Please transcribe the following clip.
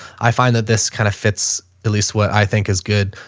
i find that this kind of fits at least what i think is good,